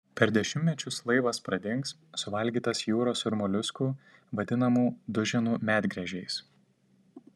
per dešimtmečius laivas pradings suvalgytas jūros ir moliuskų vadinamų duženų medgręžiais